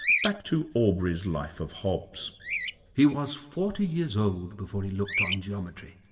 back to aubrey's life of hobbesreader he was forty years old before he looked on geometry,